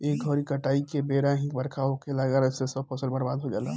ए घरी काटाई के बेरा ही बरखा होखे लागेला जेसे सब फसल बर्बाद हो जाला